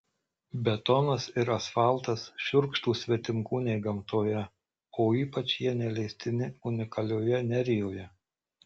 betonas ir asfaltas šiurkštūs svetimkūniai gamtoje o ypač jie neleistini unikalioje nerijoje